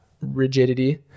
rigidity